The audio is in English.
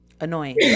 annoying